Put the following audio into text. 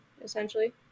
essentially